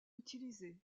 utilisée